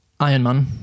Ironman